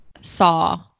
saw